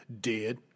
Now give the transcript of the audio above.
Dead